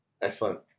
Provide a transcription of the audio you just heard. Excellent